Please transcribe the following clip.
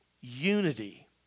unity